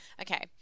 Okay